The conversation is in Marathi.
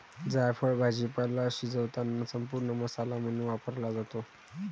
जायफळ भाजीपाला शिजवताना संपूर्ण मसाला म्हणून वापरला जातो